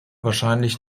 wahrscheinlich